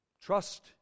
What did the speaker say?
Trust